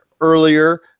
earlier